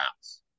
house